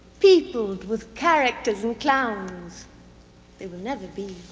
peopled with characters and clowns they will never be.